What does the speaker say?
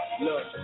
Look